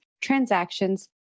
transactions